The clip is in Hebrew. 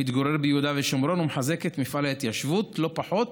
המתגורר ביהודה ושומרון ומחזק את מפעל ההתיישבות לא פחות